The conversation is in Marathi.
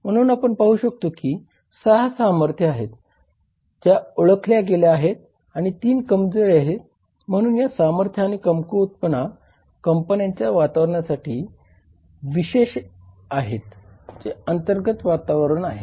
म्हणून आपण पाहू शकता की 6 सामर्थ्य आहेत ज्या ओळखल्या गेल्या आहेत आणि 3 कमजोरी आहेत म्हणून या सामर्थ्य आणि कमकुवतपणा कंपन्यांच्या वातावरणासाठी विशेष आहेत जे अंतर्गत वातावरण आहे